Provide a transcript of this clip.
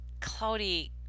cloudy